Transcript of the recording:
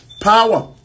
power